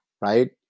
right